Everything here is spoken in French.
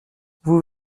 vous